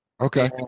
Okay